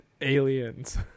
aliens